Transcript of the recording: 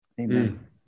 Amen